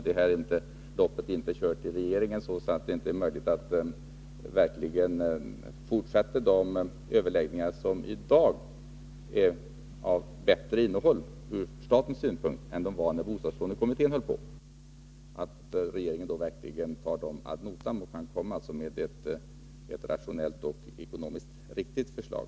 Jag hoppas att loppet inte är kört i regeringen, och att det är möjligt att verkligen fortsätta de överläggningar som i dag har ett bättre innehåll ur Nr 124 statens synpunkt än de hade när bostadskommittén höll på — och att Onsdagen den regeringen verkligen tar dem ad notam och kan komma med ett rationellt och 20 april 1983 ekonomiskt riktigt förslag.